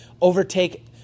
overtake